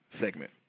segment